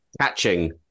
catching